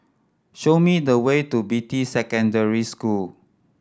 show me the way to Beatty Secondary School